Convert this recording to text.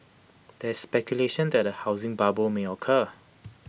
there is speculation that A housing bubble may occur